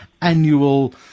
annual